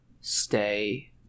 stay